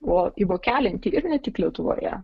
o įvokelinti ir ne tik lietuvoje